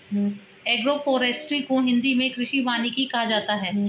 agroforestry को हिंदी मे कृषि वानिकी कहा जाता है